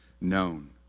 known